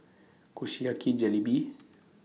Kushiyaki Jalebi